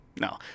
No